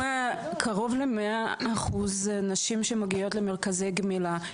גם קרוב ל-100% מהנשים שמגיעות למרכזי גמילה,